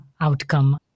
outcome